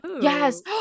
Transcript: Yes